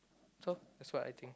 so that's what I think